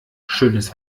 schönes